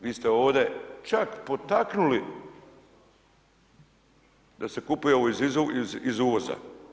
Vi ste ovdje čak potaknuli da se kupuje iz uvoza.